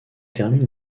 termine